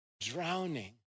drowning